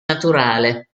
naturale